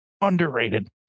Underrated